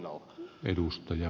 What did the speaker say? arvoisa puhemies